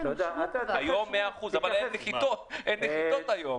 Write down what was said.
אבל אין נחיתות היום.